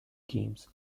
games